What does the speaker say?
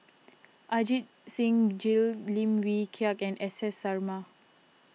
Ajit Singh Gill Lim Wee Kiak and S S Sarma